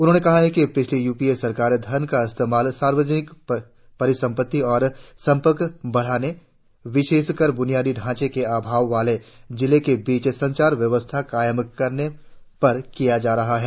उन्होंने कहा कि पिछली यूपीए सरकार धन का इस्तेमाल सार्वजनिक परिसंपत्ति और संपर्क बढ़ाने विशेषकर ब्रुनियादी ढांचे के अभाव वाले जिलों के बीच संचार व्यवस्था कायम करने पर किया जा रहा है